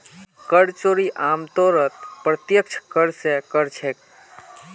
कर चोरी आमतौरत प्रत्यक्ष कर स कर छेक